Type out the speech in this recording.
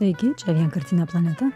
sveiki čia vienkartinė planeta